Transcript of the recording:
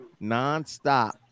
nonstop